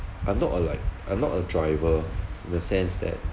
I'm not a like I'm not a driver in the sense that